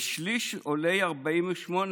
ושליש עולי 1948,